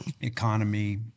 economy